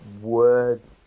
words